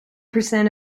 percent